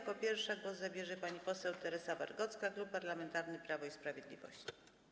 Jako pierwsza głos zabierze pani poseł Teresa Wargocka, Klub Parlamentarny Prawo i Sprawiedliwość.